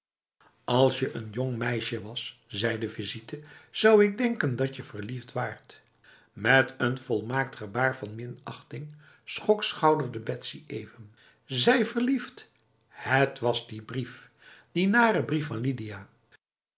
als je n jong meisje was zei de visite zou ik denken datje verliefd waart met een volmaakt gebaar van minachting schokschouderde betsy even zij verliefd het was die brief die nare brief van lidia